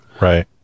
Right